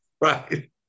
Right